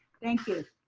thank you.